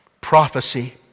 prophecy